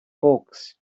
books